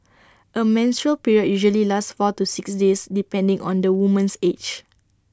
A menstrual period usually lasts four to six days depending on the woman's age